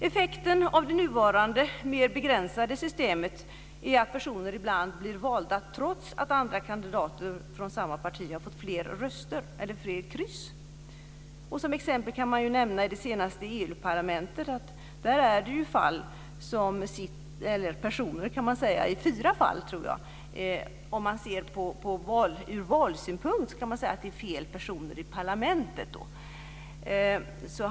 Effekten av det nuvarande mer begränsade systemet är att personer ibland blir valda trots att andra kandidater från samma parti har fått fler kryss. Som exempel kan nämnas det senaste valet till EU parlamentet. Där är det i fyra fall som fel personer ur valsynpunkt är i parlamentet.